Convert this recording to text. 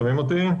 שומעים אותי?